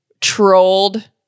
trolled